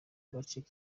gaciro